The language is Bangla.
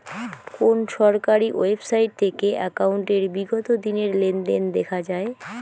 কোন সরকারি ওয়েবসাইট থেকে একাউন্টের বিগত দিনের লেনদেন দেখা যায়?